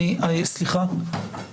סליחה, מספיק.